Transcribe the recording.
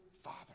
Father